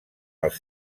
els